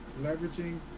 leveraging